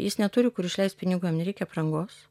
jis neturi kur išleist pinigų jam nereik aprangos